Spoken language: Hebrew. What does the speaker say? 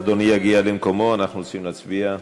אדוני יגיע למקומו, אנחנו רוצים להצביע.